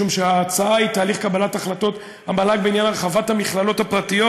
משום שההצעה היא תהליך קבלת החלטות המל"ג בעניין הרחבת המכללות הפרטיות.